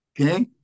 Okay